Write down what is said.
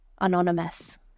anonymous